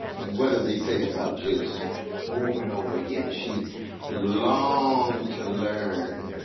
and what does he say about josie over and over again? she longed to learn.